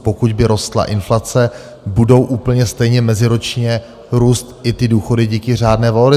Pokud by rostla inflace, budou úplně stejně meziročně růst i ty důchody díky řádné valorizaci.